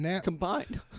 Combined